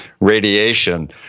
radiation